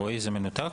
רועי, זה מנותק?